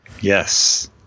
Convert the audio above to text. Yes